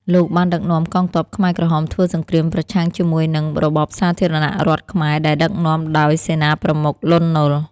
លោកបានដឹកនាំកងទ័ពខ្មែរក្រហមធ្វើសង្រ្គាមប្រឆាំងជាមួយនឹងរបបសាធារណៈរដ្ឋខ្មែរដែលដឹកនាំដោយសេនាប្រមុខ លន់ នល់។